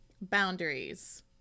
Boundaries